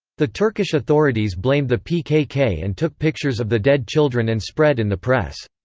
the turkish authorities blamed the pkk and took pictures of the dead children and spread in the press.